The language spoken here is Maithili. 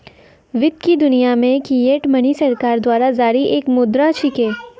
वित्त की दुनिया मे फिएट मनी सरकार द्वारा जारी एक मुद्रा छिकै